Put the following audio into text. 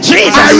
Jesus